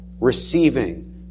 receiving